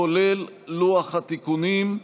כולל לוח התיקונים.